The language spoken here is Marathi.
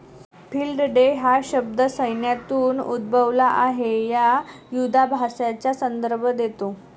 फील्ड डे हा शब्द सैन्यातून उद्भवला आहे तो युधाभ्यासाचा संदर्भ देतो